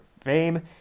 fame